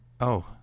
Oh